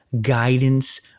guidance